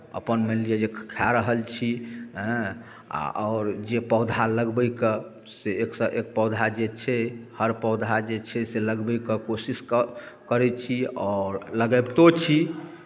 अपन मानि लिअ जे खाए रहल छी हँ आ आओर जे पौधा लगबैके से एकसँ एक पौधा जे छै हर पौधा जे छै से लगबैके कोशिश कऽ करै छी आओर लगबितो छी